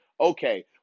Okay